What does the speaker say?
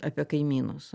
apie kaimynus